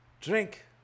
Drink